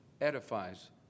edifies